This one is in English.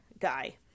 guy